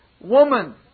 woman